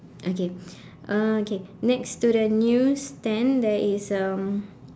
okay uh okay next to the news stand then there is um